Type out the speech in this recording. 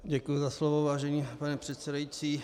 Děkuji za slovo, vážený pane předsedající.